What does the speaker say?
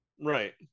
right